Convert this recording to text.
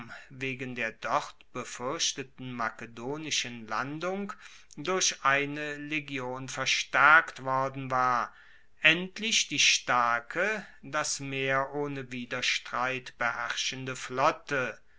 wegen der dort befuerchteten makedonischen landung durch eine legion verstaerkt worden war endlich die starke das meer ohne widerstreit beherrschende flotte